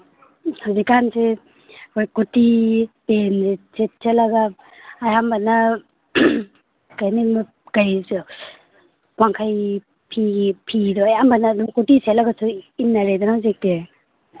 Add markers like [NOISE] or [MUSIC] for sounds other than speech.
ꯍꯧꯖꯤꯛꯀꯥꯟꯁꯦ ꯑꯩꯈꯣꯏ ꯀꯨꯔꯇꯤ ꯄꯦꯟꯁꯦ ꯁꯦꯠꯂꯒ ꯑꯌꯥꯝꯕꯅ [UNINTELLIGIBLE] ꯋꯥꯡꯈꯩ ꯐꯤ ꯐꯤꯗꯣ ꯑꯌꯥꯝꯕꯅ ꯑꯗꯨꯝ ꯀꯨꯔꯇꯤ ꯁꯦꯠꯂꯒꯁꯨ ꯏꯟꯅꯔꯦꯗꯅ ꯍꯧꯖꯤꯛꯇꯤ